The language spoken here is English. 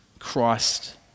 Christ